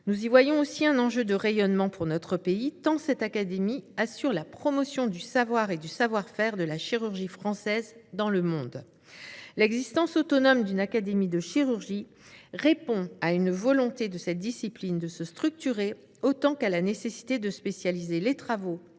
Nous y voyons aussi un enjeu de rayonnement pour notre pays tant cette académie assure la promotion du savoir et du savoir faire de la chirurgie française dans le monde. L’existence autonome d’une académie de chirurgie répond à une volonté de cette discipline de se structurer autant qu’à la nécessité de spécialiser les travaux